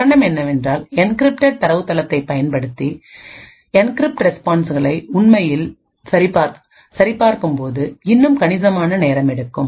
காரணம் என்னவென்றால் என்கிரிப்டட் தரவுத்தளத்தைப் பயன்படுத்தி என்கிரிப்ட் ரெஸ்பான்ஸ்களை உண்மையில் சரி பார்க்கும் போதுஇன்னும் கணிசமான நேரம் எடுக்கும்